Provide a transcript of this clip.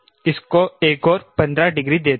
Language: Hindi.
इसको एक और 15 डिग्री देते हैं